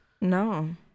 No